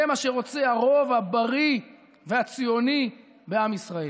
זה מה שרוצה הרוב הבריא והציוני בעם ישראל.